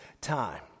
time